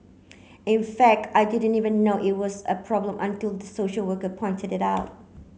in fact I didn't even know it was a problem until the social worker pointed it out